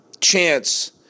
chance